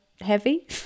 heavy